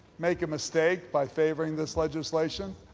make a mistake by favoring this legislation,